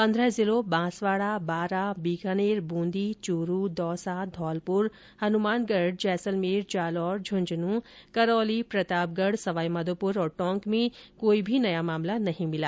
पन्द्रह जिलों बांसवाड़ा बारां बीकानेर ब्रंदी च्रू दौसा धौलपुर हनुमानगढ़ जैसलमेर जालौर झुंझुनूं करौली प्रतापगढ़ सवाई माधोपुर और टोंक में कोई भी नया मामला नहीं मिला